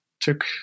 took